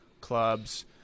clubs